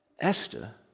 Esther